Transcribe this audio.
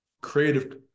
creative